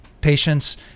patients